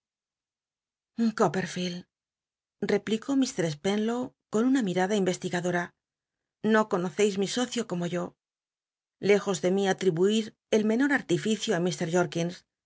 copperficld replicó ik spenlow con una mirada investigadora no conoccis mi socio como yo lejos de mi atl'ibuir el menor artificio ú